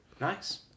Nice